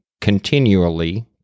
continually